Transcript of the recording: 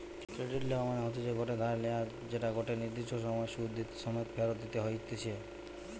credit লেওয়া মনে হতিছে ধার লেয়া যেটা গটে নির্দিষ্ট সময় সুধ সমেত ফেরত দিতে হতিছে